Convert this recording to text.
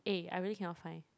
eh I really cannot find